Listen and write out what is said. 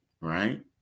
right